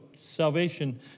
salvation